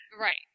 Right